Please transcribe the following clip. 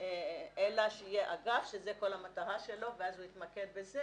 אלא שיהיה אגף שזה כל המטרה שלו ואז הוא יתמקד בזה,